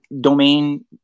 domain